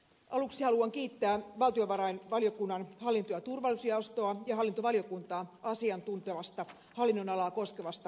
aluksi haluan kiittää valtiovarainvaliokunnan hallinto ja turvallisuusjaostoa ja hallintovaliokuntaa hallinnonalaa koskevasta asiantuntevasta arviosta